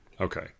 okay